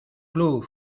club